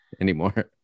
anymore